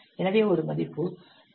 எனவே ஒரு மதிப்பு 2